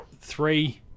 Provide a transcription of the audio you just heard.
Three